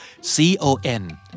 C-O-N